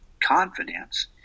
confidence